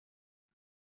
die